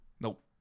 Nope